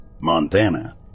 Montana